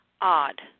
odd